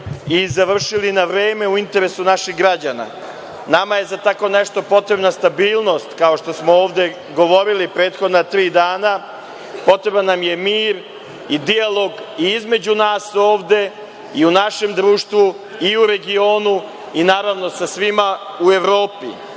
i završili na vreme u interesu naših građana. Nama je za tako nešto potrebna stabilnost, kao što smo ovde govorili u prethodna tri dana. Potreban nam je mir i dijalog između nas ovde i u našem društvu i u regionu i naravno sa svima u Evropi. Žalosti